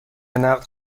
نقد